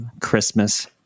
Christmas